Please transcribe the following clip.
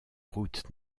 route